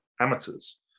amateurs